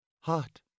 Hot